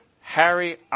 Harry